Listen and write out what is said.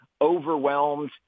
overwhelmed